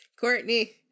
Courtney